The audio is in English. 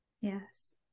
Yes